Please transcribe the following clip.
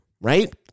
right